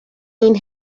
این